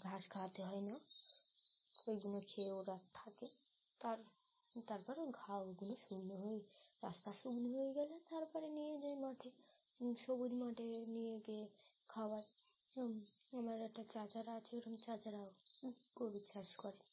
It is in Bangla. ঘাস খাওয়াতে হয় না ওইগুলো খেয়ে ওরা আর থাকে তার তারপর ঘা ওগুলো শুকনো হয়ে রাস্তা শুকনো হয়ে গেলে তার পরে নিয়ে যায় মাঠে সবুজ মাঠে নিয়ে গিয়ে খাওয়ায় আমার একটা চাচারা আছে ওরকম চাচারা গরু চাষ করে